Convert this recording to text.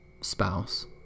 spouse